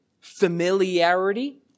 familiarity